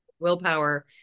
willpower